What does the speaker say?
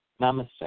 Namaste